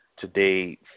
today